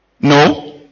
No